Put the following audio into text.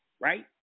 right